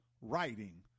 writing